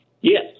Yes